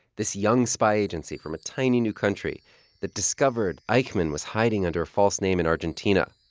this young spy agency from a tiny new country that discovered eichmann was hiding under a false name in argentina,